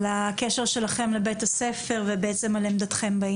על הקשר שלכם לבית הספר,